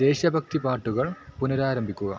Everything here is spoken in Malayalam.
ദേശഭക്തി പാട്ടുകള് പുനരാരംഭിക്കുക